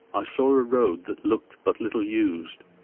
i saw a road that looked but little used,